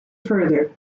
further